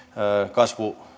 kasvu